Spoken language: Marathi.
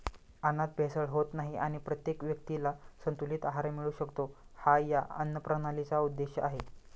अन्नात भेसळ होत नाही आणि प्रत्येक व्यक्तीला संतुलित आहार मिळू शकतो, हा या अन्नप्रणालीचा उद्देश आहे